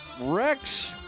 Rex